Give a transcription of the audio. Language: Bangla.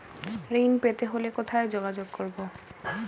ঋণ পেতে হলে কোথায় যোগাযোগ করব?